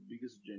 biggest